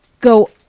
go